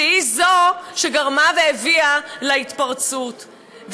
והיא שגרמה והביאה להתפרצות,